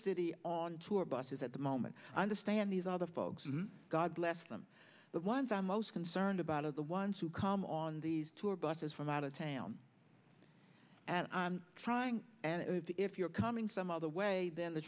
city on tour buses at the moment i understand these are the folks god bless them the ones i'm most concerned about are the ones who come on these tour buses from out of town and i'm trying and if you're coming some other way then t